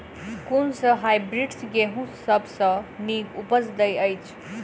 कुन सँ हायब्रिडस गेंहूँ सब सँ नीक उपज देय अछि?